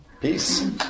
peace